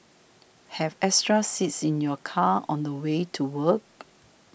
have extra seats in your car on the way to work